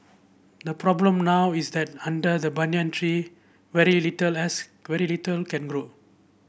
the problem now is that under the banyan tree very little else very little can grow